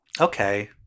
Okay